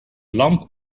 lamp